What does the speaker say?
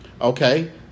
Okay